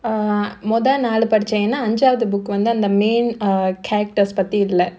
err மொத நாலு படிச்ச ஏனா அஞ்சாவது:modha naalu padicha yaenaa anjaavathu book வந்து அந்த:vandhu andha main err characters பத்தி இல்ல: pathi illa